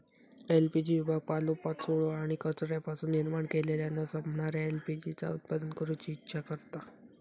LPG विभाग पालोपाचोळो आणि कचऱ्यापासून निर्माण केलेल्या न संपणाऱ्या एल.पी.जी चा उत्पादन करूची इच्छा करता